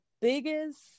biggest